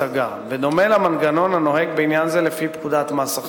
התשע"א 2010. יציג את הצעת החוק שר